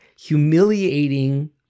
humiliating